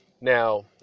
now